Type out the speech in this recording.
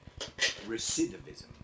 Recidivism